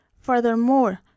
Furthermore